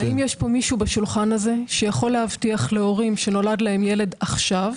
האם יש מישהו בשולחן הזה שיכול להבטיח להורים שנולד להם ילד עכשיו,